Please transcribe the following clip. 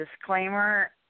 disclaimer